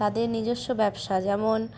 তাদের নিজস্ব ব্যবসা যেমন